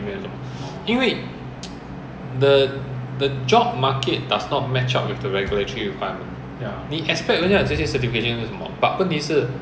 then 他们哪里有 licensing 你看每个驾 jiu hu 的 van 他们 jiu hu 的那个面包车小小辆的 !wah! 里面 trunking wire